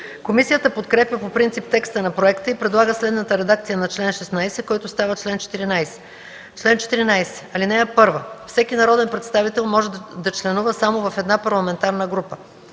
Комисията подкрепя по принцип текста на проекта и предлага следната редакция на чл. 16, който става чл. 14: „Чл. 14 (1) Всеки народен представител може да членува само в една парламентарна група.